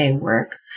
work